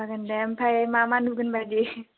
जागोन दे आमफ्राय मा मा नुगोन बायदि